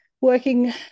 working